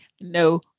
no